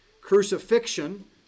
Crucifixion